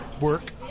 work